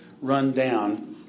rundown